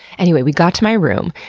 anyway, we got to my room,